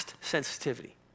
sensitivity